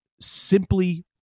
simply